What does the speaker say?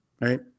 right